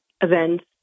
events